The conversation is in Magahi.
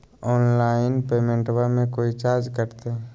ऑनलाइन पेमेंटबां मे कोइ चार्ज कटते?